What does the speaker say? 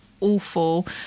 awful